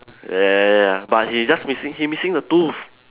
ya ya ya but he's just missing he missing the tooth